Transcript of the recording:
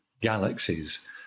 galaxies